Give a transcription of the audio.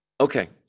Okay